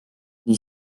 nii